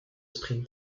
sprint